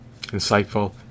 insightful